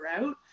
out